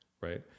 right